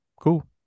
cool